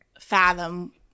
fathom